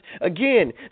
again